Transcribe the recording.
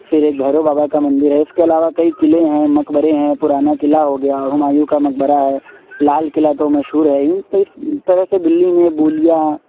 پھر ایک بھیرو بابا کا مندر ہے اس کے علاوہ کئی کلعے ہیں مقبرے ہیں پرانا کلعہ ہو گیا ہمایوں کا مقبرہ ہے لال قلعہ تو مشہور ہے ہی تو اس طرح سے دلی میں بولیاں